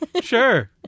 sure